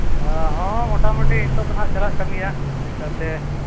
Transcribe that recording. ᱦᱚᱸ ᱢᱚᱴᱟᱢᱩᱴᱤ ᱱᱤᱛᱳᱜ ᱫᱚ ᱱᱟᱜ ᱪᱟᱞᱟᱜ ᱠᱟᱱ ᱜᱮᱭᱟ ᱱᱚᱝ ᱠᱟᱛᱮ